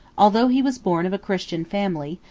although he was born of a christian family,